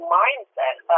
mindset